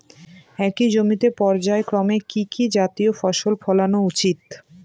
একই জমিতে পর্যায়ক্রমে কি কি জাতীয় ফসল ফলানো উচিৎ?